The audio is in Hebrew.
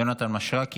יונתן מישרקי,